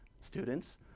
students